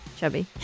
chubby